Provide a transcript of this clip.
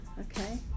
Okay